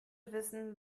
wissen